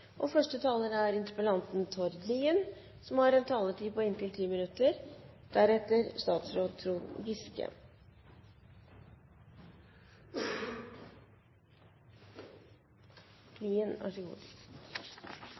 9. Første taler er interpellanten, som er Ketil Solvik-Olsen, som har en taletid på inntil 10 minutter, og deretter statsråd Trond Giske,